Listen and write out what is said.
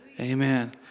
Amen